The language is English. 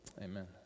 Amen